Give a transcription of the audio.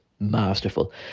masterful